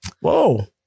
Whoa